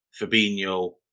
Fabinho